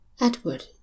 Edward